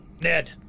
Ned